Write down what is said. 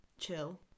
chill